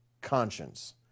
conscience